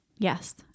Yes